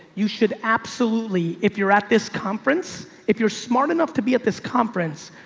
you should absolutely. if you're at this conference, if you're smart enough to be at this conference,